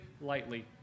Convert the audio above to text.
lightly